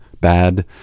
bad